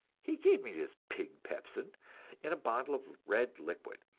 he gave me this pig-pepsin in a bottle of red liquid,